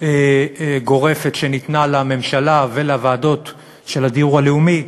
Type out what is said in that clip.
גורפת שניתנה לממשלה ולוועדות לדיור לאומי,